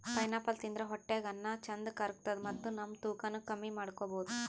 pineapple ತಿಂದ್ರ್ ಹೊಟ್ಟ್ಯಾಗ್ ಅನ್ನಾ ಚಂದ್ ಕರ್ಗತದ್ ಮತ್ತ್ ನಮ್ ತೂಕಾನೂ ಕಮ್ಮಿ ಮಾಡ್ಕೊಬಹುದ್